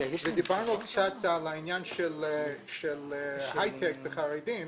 ודיברנו קצת על העניין של היי-טק וחרדים,